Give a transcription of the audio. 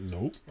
Nope